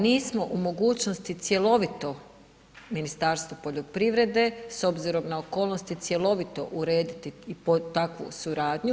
Nismo u mogućnosti cjelovito Ministarstvo poljoprivrede s obzirom na okolnosti, cjelovito urediti takvu suradnju.